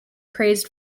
praised